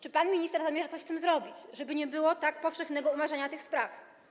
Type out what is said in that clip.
Czy pan minister zamierza coś z tym zrobić, żeby nie było tak powszechnego umarzania tych spraw?